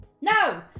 no